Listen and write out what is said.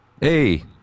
Hey